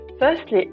Firstly